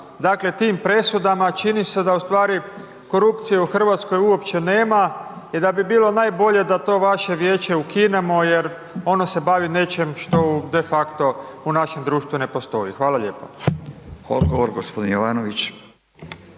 dakle, tim presudama, čini se da u stvari korupcije u RH uopće nema i da bi bilo najbolje da to vaše vijeće ukinemo jer ono se bavi nečim što defakto u našem društvu ne postoji. Hvala lijepo. **Radin, Furio